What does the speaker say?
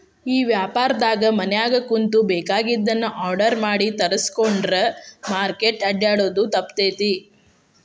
ಈ ವ್ಯಾಪಾರ್ದಾಗ ಮನ್ಯಾಗ ಕುಂತು ಬೆಕಾಗಿದ್ದನ್ನ ಆರ್ಡರ್ ಮಾಡಿ ತರ್ಸ್ಕೊಂಡ್ರ್ ಮಾರ್ಕೆಟ್ ಅಡ್ಡ್ಯಾಡೊದು ತಪ್ತೇತಿ